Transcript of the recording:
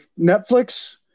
Netflix